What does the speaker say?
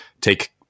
take